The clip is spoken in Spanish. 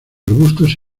arbustos